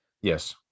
Yes